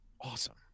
Awesome